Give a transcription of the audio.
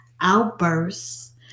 outbursts